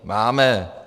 Máme!